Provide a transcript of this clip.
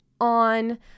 on